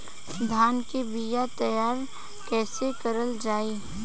धान के बीया तैयार कैसे करल जाई?